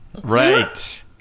Right